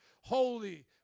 holy